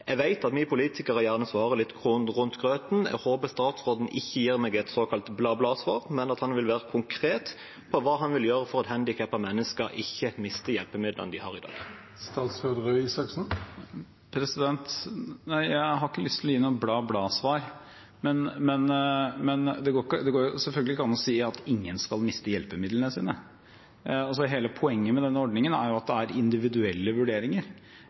Jeg vet at vi politikere gjerne går litt rundt grøten når vi svarer. Jeg håper statsråden ikke gir meg et såkalt bla-bla-svar, men at han vil være konkret på hva han vil gjøre for at handikappede mennesker ikke mister hjelpemidlene de har i dag. Nei, jeg har ikke lyst til å gi noe bla-bla-svar, men det går selvfølgelig ikke an å si at ingen skal miste hjelpemidlene sine. Hele poenget med denne ordningen er jo at det er individuelle vurderinger,